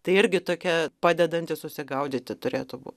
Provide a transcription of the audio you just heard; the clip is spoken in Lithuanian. tai irgi tokia padedanti susigaudyti turėtų bū